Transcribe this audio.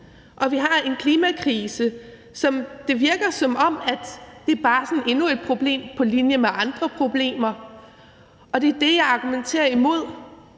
Og vi har en klimakrise, og det virker, som om det bare er sådan endnu et problem på linje med andre problemer. Det er det, jeg argumenterer imod.